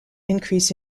increase